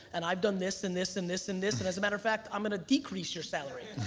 and i've done this and this and this and this and as a matter of fact, i'm gonna decrease your salary.